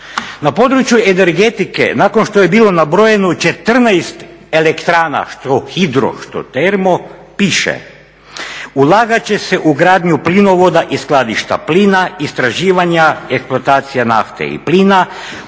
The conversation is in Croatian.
Na području energetike nakon što je bilo nabrojeno 14 elektrana što hidro, što termo piše: "Ulagat će se u gradnju plinovoda i skladišta plina, istraživanja, eksploatacije nafte i plina,